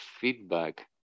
feedback